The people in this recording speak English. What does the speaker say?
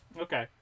Okay